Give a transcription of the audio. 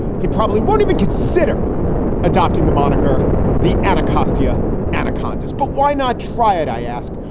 he probably won't even consider adopting the moniker the anacostia anaconda's. but why not try it? i ask.